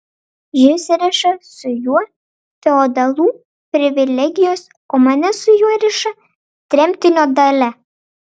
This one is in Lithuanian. jus riša su juo feodalų privilegijos o mane su juo riša tremtinio dalia